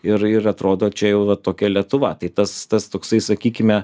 ir ir atrodo čia jau va tokia lietuva tai tas tas toksai sakykime